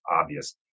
obvious